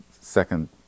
second